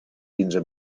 quinze